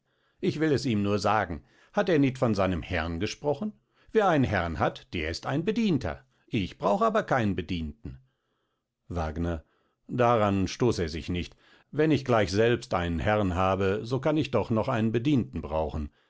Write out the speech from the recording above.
ich will es ihm nur sagen hat er nit von seinem herrn gesprochen wer einen herrn hat der ist ein bedienter ich brauch aber keinen bedienten wagner daran stoß er sich nicht wenn ich gleich selbst einen herren habe so kann ich doch noch einen bedienten brauchen